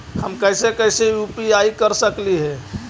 हम कैसे कैसे यु.पी.आई कर सकली हे?